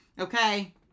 Okay